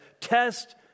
test